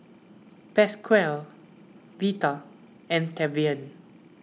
Pasquale Vita and Tavian